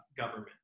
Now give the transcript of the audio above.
government